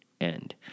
end